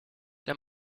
der